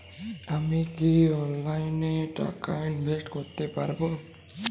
আমি কি অনলাইনে টাকা ইনভেস্ট করতে পারবো?